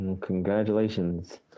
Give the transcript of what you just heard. Congratulations